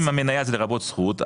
אם המנייה זה לרבות זכות,